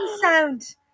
sound